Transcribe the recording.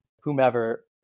whomever